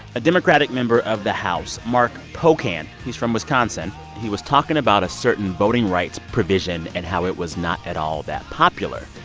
a democratic member of the house, mark pocan he's from wisconsin he was talking about a certain voting rights provision and how it was not at all that popular.